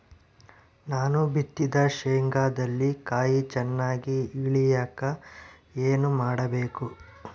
ನಾನು ಬಿತ್ತಿದ ಶೇಂಗಾದಲ್ಲಿ ಕಾಯಿ ಚನ್ನಾಗಿ ಇಳಿಯಕ ಏನು ಮಾಡಬೇಕು?